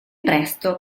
presto